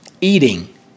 eating